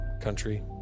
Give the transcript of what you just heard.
country